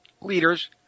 leaders